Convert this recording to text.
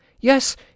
yes